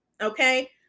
Okay